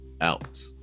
out